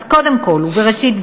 אז קודם כול ובראשית דברי,